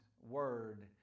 word